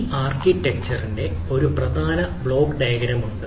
ഈ ആർക്കിടെക്ചറിന്റെ ഒരു പ്രധാന ബ്ലോക്ക് ഡയഗ്രം ഉണ്ട്